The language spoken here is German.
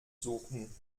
suchen